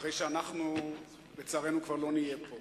אחרי שאנחנו, לצערנו, כבר לא נהיה פה.